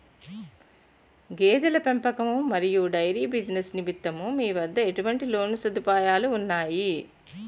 గేదెల పెంపకం మరియు డైరీ బిజినెస్ నిమిత్తం మీ వద్ద ఎటువంటి లోన్ సదుపాయాలు ఉన్నాయి?